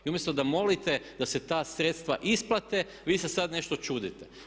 I umjesto da molite da se ta sredstva isplate vi se sad nešto čudite.